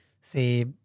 say